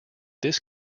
this